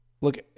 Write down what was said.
Look